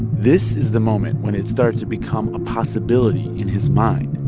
this is the moment when it starts to become a possibility in his mind